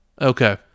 okay